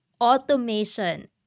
Automation